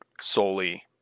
solely